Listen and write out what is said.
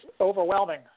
overwhelming